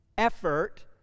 effort